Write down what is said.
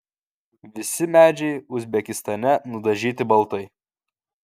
visi medžiai uzbekistane nudažyti baltai